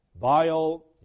vile